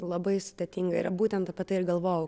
labai sudėtinga yra būtent apie tai ir galvojau